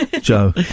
Joe